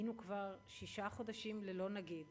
היינו כבר שישה חודשים ללא נגיד,